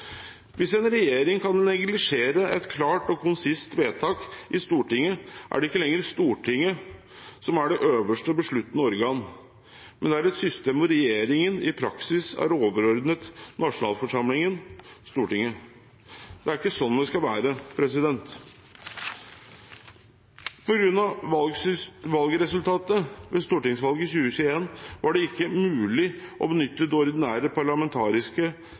Hvis en regjering kan neglisjere et klart og konsist vedtak i Stortinget, er det ikke lenger Stortinget som er det øverste besluttende organ, men det er et system hvor regjeringen i praksis er overordnet nasjonalforsamlingen, Stortinget. Det er ikke sånn det skal være. På grunn av valgresultatet ved stortingsvalget i 2021 var det ikke mulig å benytte det ordinære parlamentariske